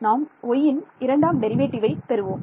நாம் yயின் இரண்டாம் டெரிவேட்டிவை பெறுவோம்